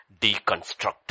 deconstruct